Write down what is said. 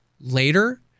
later